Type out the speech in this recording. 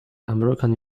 american